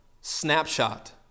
snapshot